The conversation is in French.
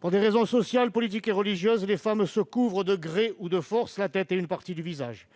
Pour des raisons sociales, politiques et religieuses, les femmes se couvrent de gré ou de force la tête et une partie du visage.